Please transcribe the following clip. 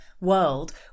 world